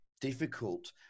difficult